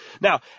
Now